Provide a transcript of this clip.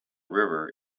river